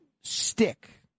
stick